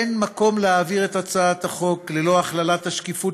אין מקום להעביר את הצעת החוק ללא הכללת השקיפות